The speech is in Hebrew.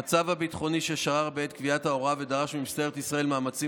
המצב הביטחוני ששרר בעת קביעת ההוראה ודרש ממשטרת ישראל מאמצים